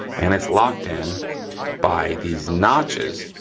and it's locked in by these notches,